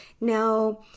now